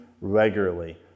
regularly